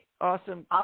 Awesome